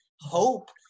hope